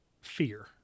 Fear